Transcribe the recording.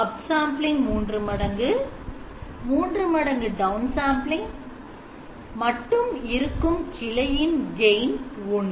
Upsampling 3 மடங்கு3 மடங்கு downsampling மட்டும் இருக்கும் கிளையில் gain ஒன்று